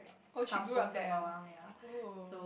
oh she grew up there ah oo